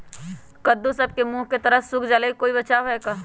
कददु सब के मुँह के तरह से सुख जाले कोई बचाव है का?